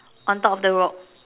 on top of the rock